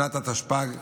שנת התשפ"ג,